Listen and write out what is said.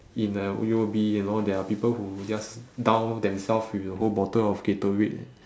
in the O_U_B you know there are people who just down themselves with a whole bottle of gatorade leh